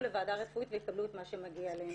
לוועדה רפואית ויקבלו את מה שמגיע להן.